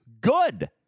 good